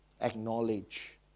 acknowledge